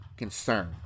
concern